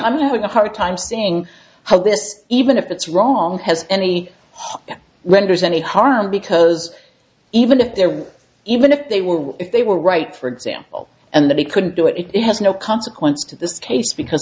i'm having a hard time seeing how this even if it's wrong has any letters any harm because even if there were even if they were if they were right for example and that he couldn't do it it has no consequence to this case because